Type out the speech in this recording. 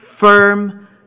firm